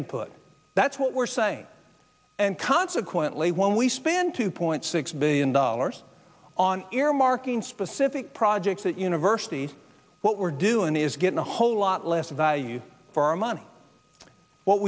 input that's what we're saying and consequently when we spend two point six billion dollars on earmarking specific projects that universities what we're doing is getting a whole lot less value for our money what